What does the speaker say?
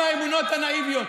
האמונות הנאיביות.